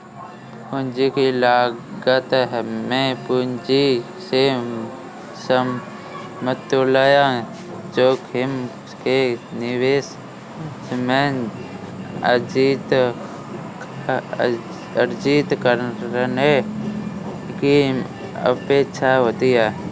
पूंजी की लागत में पूंजी से समतुल्य जोखिम के निवेश में अर्जित करने की अपेक्षा होती है